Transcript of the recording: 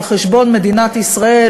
על חשבון מדינת ישראל,